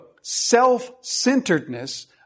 self-centeredness